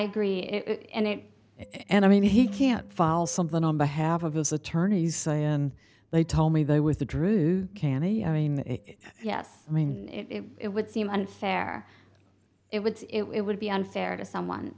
agree and it and i mean he can't fall something on behalf of us attorneys and they told me they withdrew canny i mean yes i mean it would seem unfair it would it would be unfair to someone